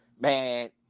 Man